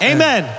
Amen